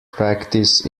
practice